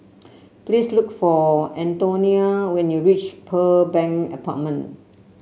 please look for Antonia when you reach Pearl Bank Apartment